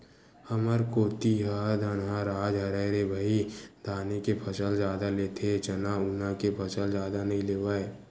हमर कोती ह धनहा राज हरय रे भई धाने के फसल जादा लेथे चना उना के फसल जादा नइ लेवय